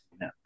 No